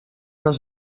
les